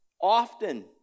often